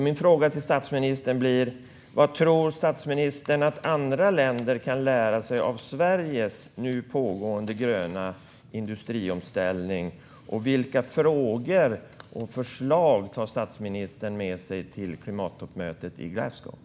Min fråga till statsministern blir: Vad tror statsministern att andra länder kan lära sig av Sveriges nu pågående gröna industriomställning, och vilka frågor och förslag tar statsministern med sig till klimattoppmötet i Glasgow?